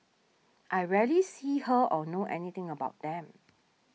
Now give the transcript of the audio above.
I rarely see her or know anything about them